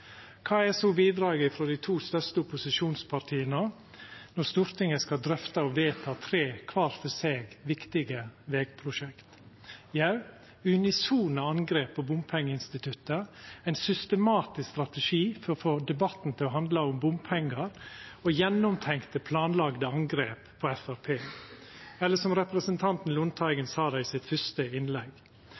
Kva er så bidraget frå dei to største opposisjonspartia når Stortinget skal drøfta og vedta tre kvar for seg viktige vegprosjekt? – Jau, unisone angrep på bompengeinstituttet, ein systematisk strategi for å få debatten til å handla om bompengar og gjennomtenkte planlagde angrep på Framstegspartiet – eller som representanten Lundteigen sa i sitt første innlegg,